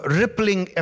rippling